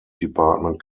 department